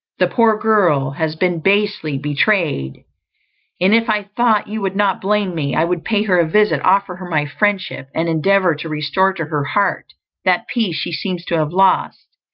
the poor girl has been basely betrayed and if i thought you would not blame me, i would pay her a visit, offer her my friendship, and endeavour to restore to her heart that peace she seems to have lost,